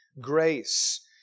grace